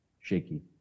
shaky